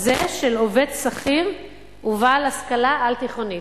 זה של עובד שכיר ובעל השכלה על-תיכונית.